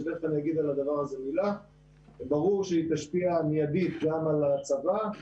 ברור שהיא תשפיע מיידית גם על הצבא,